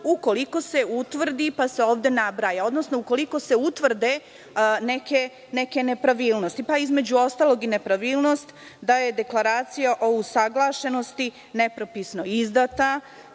ukoliko se utvrde, pa se ovde nabraja, neke nepravilnosti, pa između ostalog i nepravilnost da je Deklaracija o usaglašenosti nepropisno izdata,